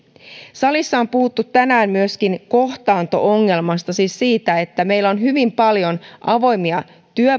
salissa on puhuttu tänään myöskin kohtaanto ongelmasta siis siitä että meillä on hyvin paljon avoimia